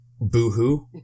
boohoo